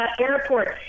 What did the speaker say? airport